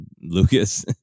Lucas